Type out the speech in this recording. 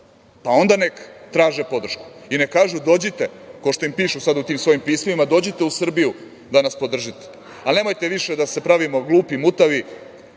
pa onda neka traže podršku i neka kažu kao što im pišu sad u tim svojim pismima - dođite u Srbiju da nas podržite. Nemojte više da se pravimo glupi, mutavi,